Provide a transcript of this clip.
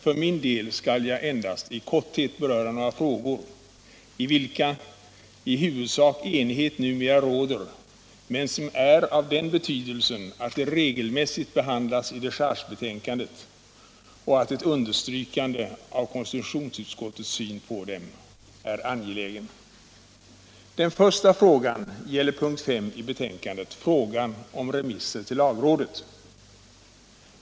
För min del skall jag endast i korthet beröra några frågor, där i huvudsak enighet numera råder, men som är av den betydelsen att de regelmässigt behandlas i dechargebetänkandet och där ett understrykande av konstitutionsutskottets syn är angeläget. Den första frågan gäller punkt 5 i betänkandet — frågan om remisser till lagrådet.